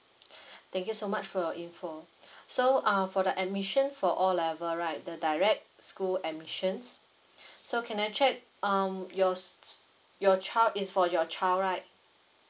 thank you so much for your info so um for the admission for O level right the direct school admissions so can I check um yours your child is for your child right